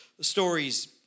stories